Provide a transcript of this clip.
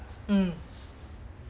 mm